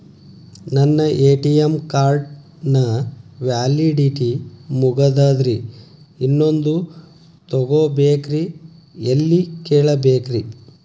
ನನ್ನ ATM card ನ validity ಮುಗದದ್ರಿ ಇನ್ನೊಂದು ತೊಗೊಬೇಕ್ರಿ ಎಲ್ಲಿ ಕೇಳಬೇಕ್ರಿ?